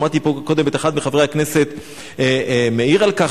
שמעתי פה קודם את אחד מחברי הכנסת מעיר על כך